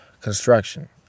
construction